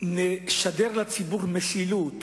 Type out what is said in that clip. נשדר לציבור משילות.